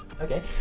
okay